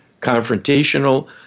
confrontational